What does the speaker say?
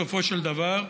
בסופו של דבר.